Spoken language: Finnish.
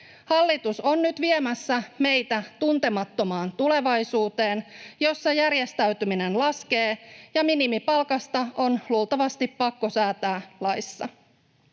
Hallitus on nyt viemässä meitä tuntemattomaan tulevaisuuteen, jossa järjestäytyminen laskee ja minimipalkasta on luultavasti pakko säätää laissa.